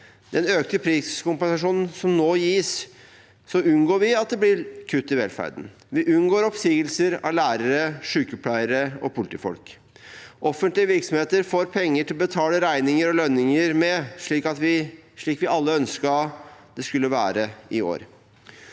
den økte priskompensasjonen som nå gis, unngår vi imidlertid at det blir kutt i velferden, og vi unngår oppsigelser av lærere, sykepleiere og politifolk. Offentlige virksomheter får penger til å betale regninger og lønninger med, slik vi alle ønsket det skulle være i år.